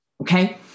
okay